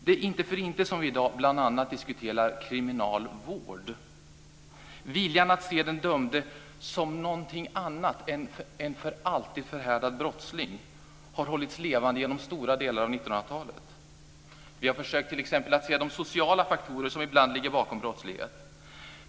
Det är inte för inte som vi i dag bl.a. diskuterar kriminalvård. Viljan att se den dömde som någonting annat än en för alltid förhärdad brottsling har hållits levande genom stora delar av 1900-talet. Vi har t.ex. försökt se de sociala faktorer som ibland ligger bakom brottslighet.